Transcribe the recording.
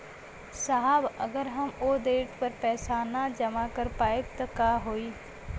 साहब अगर हम ओ देट पर पैसाना जमा कर पाइब त का होइ?